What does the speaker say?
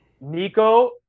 Nico